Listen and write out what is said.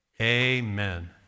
Amen